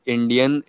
Indian